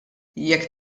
jekk